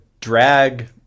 drag